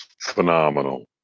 Phenomenal